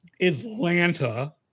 Atlanta